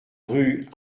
rue